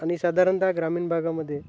आणि साधारणतः ग्रामीण भागामध्ये